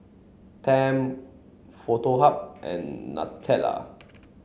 Tempt Foto Hub and Nutella